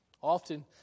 Often